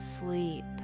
sleep